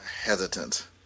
hesitant